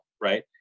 Right